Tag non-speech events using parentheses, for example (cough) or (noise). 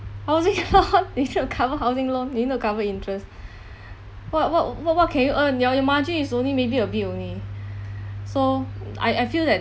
housing loan (laughs) instead of cover housing loan you need to cover interest what what what what can you earn your your margin is only maybe a bit only so I I feel that